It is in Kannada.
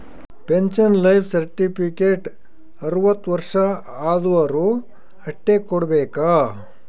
ಪೆನ್ಶನ್ ಲೈಫ್ ಸರ್ಟಿಫಿಕೇಟ್ ಅರ್ವತ್ ವರ್ಷ ಆದ್ವರು ಅಷ್ಟೇ ಕೊಡ್ಬೇಕ